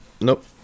Nope